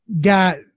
got